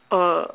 uh